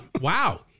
Wow